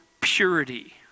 purity